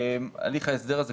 הליך ההסדר הזה,